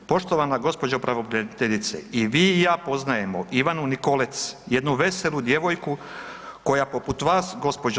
Poštovana gđo. pravobraniteljice, i vi i ja poznajemo Ivanu Nikolec jednu veselu djevojku koja poput vas gđo.